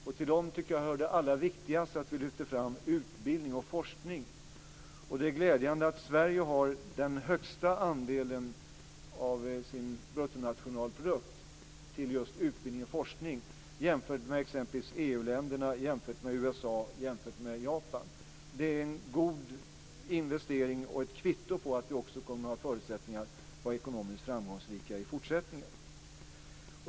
Jag tycker att till det allra viktigaste hör att vi lyfter fram utbildning och forskning. Det är glädjande att Sverige jämfört med exempelvis övriga EU-länder, USA och Japan låter den högsta andelen av bruttonationalprodukten gå till just utbildning och forskning. Det är en god investering och ett kvitto på att vi kommer att ha förutsättningar att vara ekonomiskt framgångsrika också i fortsättningen.